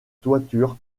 toiture